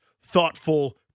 thoughtful